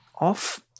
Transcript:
off